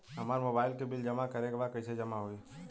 हमार मोबाइल के बिल जमा करे बा कैसे जमा होई?